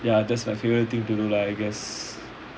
ya that's my favourite thing to do lah I guess